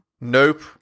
Nope